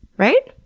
right?